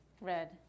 Red